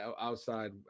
outside